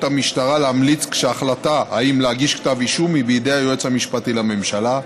המשטרה להמליץ כשההחלטה אם להגיש כתב אישום היא בידי היועץ המשפטי לממשלה,